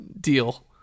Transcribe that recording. deal